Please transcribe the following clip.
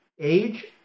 age